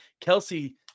Kelsey